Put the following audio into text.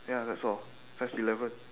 ya that's all that's eleven